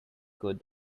good